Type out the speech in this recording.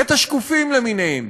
את השקופים למיניהם,